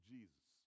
Jesus